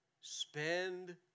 spend